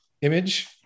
image